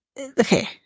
okay